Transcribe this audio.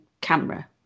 camera